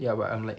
ya but I'm like